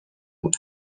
بود